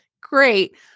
Great